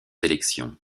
élections